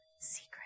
secret